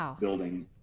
Building